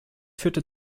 führte